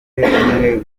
umwe